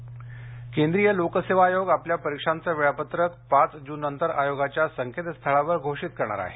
UPSC केंद्रीय लोक सेवा आयोग आपल्या परीक्षांचं वेळापत्रक पाच जूननंतर आयोगाच्या संकेतस्थळावर घोषित करणार आहे